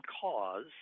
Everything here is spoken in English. cause